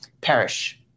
perish